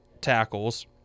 tackles